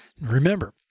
Remember